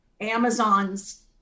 Amazon's